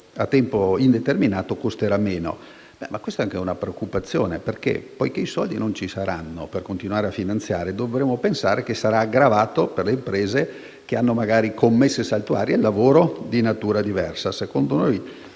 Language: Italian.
a tempo indeterminato costerà meno. Ma questa è anche una preoccupazione perché, poiché i soldi non ci saranno per continuare a finanziare, dovremo pensare che ne saranno gravate le imprese, che magari hanno commesse saltuarie e lavoro di natura diversa. Secondo noi,